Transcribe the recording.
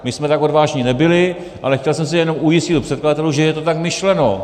My jsme tak odvážní nebyli, ale chtěl jsem se jenom ujistit u předkladatelů, že je to tak myšleno.